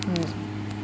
mm